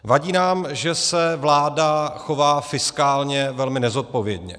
Vadí nám, že se vláda chová fiskálně velmi nezodpovědně.